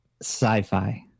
Sci-fi